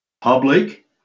public